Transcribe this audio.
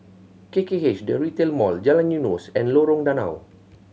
K K H The Retail Mall Jalan Eunos and Lorong Danau